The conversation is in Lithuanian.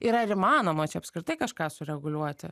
ir ar įmanoma čia apskritai kažką sureguliuoti